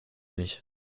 nicht